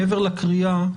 מעבר לקריאה,